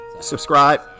subscribe